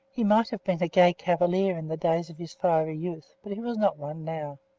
he might have been a gay cavalier in the days of his fiery youth, but he was not one now.